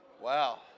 Wow